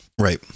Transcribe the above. Right